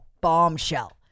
bombshell